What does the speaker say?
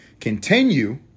Continue